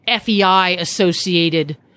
FEI-associated